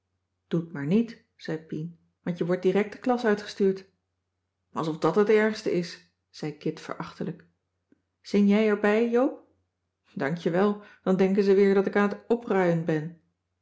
t maar niet zei pien want je wordt direct de klas uitgestuurd alsof dat het ergste is zei kit verachtelijk zing jij erbij joop dank je wel dan denken ze weer dat ik aan het opruien ben